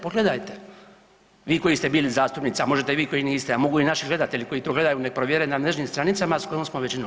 Pogledajte vi koji ste bili zastupnici, a možete i vi koji niste, a mogu i naši gledatelji koji to gledaju neka provjere na mrežnim stranicama sa kojom smo većinom.